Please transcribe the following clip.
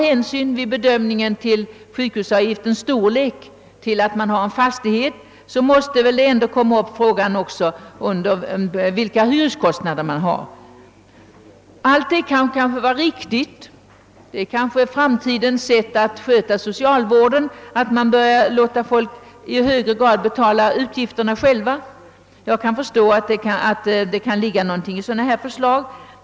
Om man vid bedömningen av sjukhusavgiftens storlek inte tar hänsyn till att vederbörande har en fastighet måste ju ändå frågan om hyreskostnaderna föras in i bilden. Det är kanske riktigt att socialvården i framtiden skall skötas på så sätt, att människorna i högre grad får betala utgifterna själva. Jag förstår att det kan ligga någonting i sådana förslag.